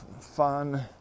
fun